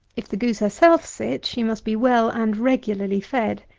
if the goose herself sit, she must be well and regularly fed,